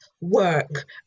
work